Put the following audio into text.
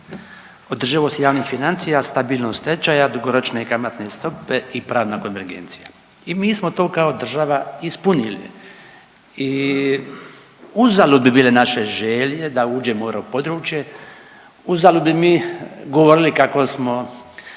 održivost javnih financija, stabilnost tečaja, dugoročnije kamatne stope i pravna konvergencija. I mi smo to kao država ispunili i uzalud bi bile naše želje da uđemo u europodručje, uzalud bi mi govorili kako smo,